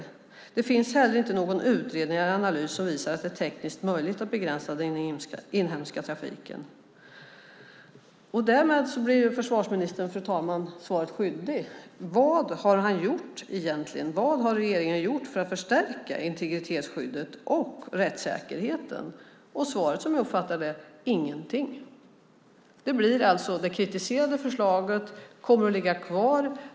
Det finns heller inte någon utredning eller analys som visar att det är tekniskt möjligt att begränsa den inhemska trafiken. Fru talman! Därmed blir försvarsministern svaret skyldig. Vad har han och regeringen gjort för att förstärka integritetsskyddet och rättssäkerheten? Svaret är, som jag uppfattar det, ingenting. Det kritiserade förslaget kommer alltså att ligga kvar.